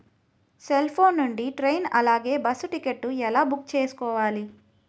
Cell phone నుండి train అలాగే bus ticket ఎలా బుక్ చేసుకోవాలి?